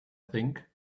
think